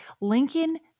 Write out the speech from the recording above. Lincoln